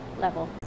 level